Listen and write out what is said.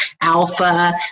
alpha